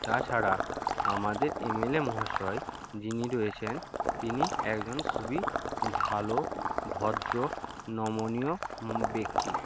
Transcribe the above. তাছাড়া আমাদের এমএলএ মহাশয় যিনি রয়েছেন তিনি একজন খুবই ভালো ভদ্র নমনীয় ব্যক্তি